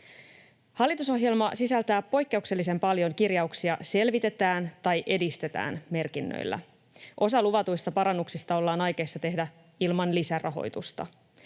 Hallitusohjelma sisältää poikkeuksellisen paljon kirjauksia ”selvitetään”- tai ”edistetään” ‑merkinnöillä. Osa luvatuista parannuksista ollaan aikeissa tehdä ilman lisärahoitusta.